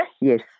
Yes